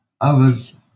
others